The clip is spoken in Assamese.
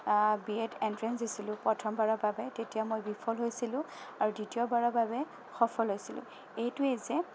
বি এড এণ্ট্ৰেঞ্চ দিছিলোঁ প্ৰথমবাৰৰ বাবে তেতিয়া মই বিফল হৈছিলোঁ আৰু দ্বিতীয়বাৰৰ বাবে সফল হৈছিলোঁ এইটোৱে যে